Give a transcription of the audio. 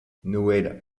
noël